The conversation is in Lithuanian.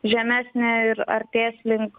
žemesnė ir artės link